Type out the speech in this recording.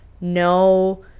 no